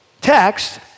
text